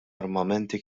armamenti